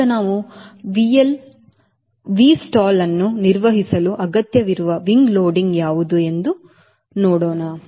ಈಗ ನಾವು Vstall ಅನ್ನು ನಿರ್ವಹಿಸಲು ಅಗತ್ಯವಿರುವ wing loading ಯಾವುದು ಎಂದು ಹಿಂತಿರುಗುತ್ತಿದ್ದೇವೆ